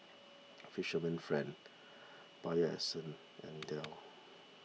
Fisherman's Friend Bio Essence and Dell